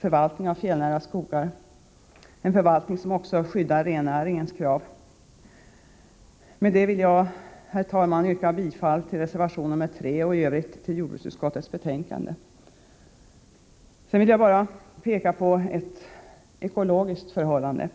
förvaltningen av de fjällnära skogarna, bl.a. syftande till att skydda rennäringens intressen. Med detta yrkar jag bifall till reservation 3 och i övrigt till jordbruksutskottets hemställan. Jag vill vidare bara peka på ett ekologiskt förhållande.